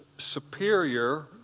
superior